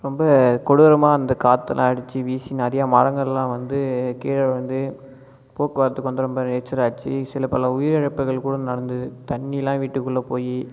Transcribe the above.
ரொம்ப கொடூரமாக அந்த காற்றெல்லாம் அடிச்சு வீசி நிறைய மரங்களெலாம் வந்து கீழே விழுந்து போக்குவரத்துக்கு ரொம்ப நேச்சர் ஆச்சு சில பல உயிர் இழப்புகள் கூட நடந்தது தண்ணியெல்லாம் வீட்டுக்குள்ளே போயி